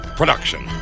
production